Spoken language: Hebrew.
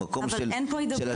ממקום של --- אבל אין פה הידברות,